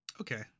okay